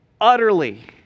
utterly